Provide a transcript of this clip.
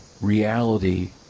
reality